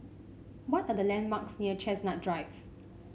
what are the landmarks near Chestnut Drive